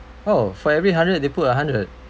oh for every hundred they put a hundred